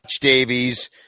Davies